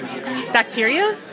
Bacteria